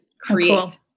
create